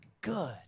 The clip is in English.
Good